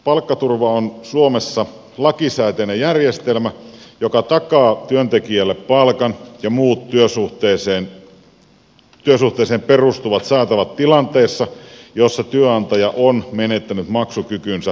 palkkaturva on suomessa lakisääteinen järjestelmä joka takaa työntekijälle palkan ja muut työsuhteeseen perustuvat saatavat tilanteessa jossa työnantaja on menettänyt maksukykynsä